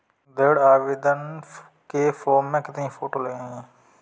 ऋण आवेदन के फॉर्म में कितनी फोटो लगेंगी?